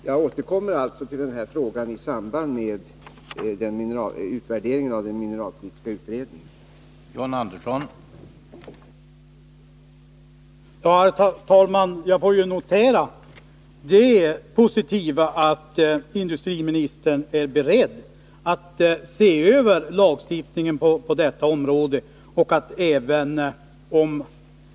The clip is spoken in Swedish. Jag återkommer till den frågan i samband med utvärderingen av den mineralpolitiska utredningens förslag.